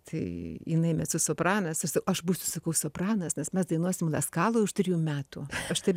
tai jinai mecosopranas aš sau būsiu sakau sopranas nes mes dainuosim laskalą už trijų metų aš taip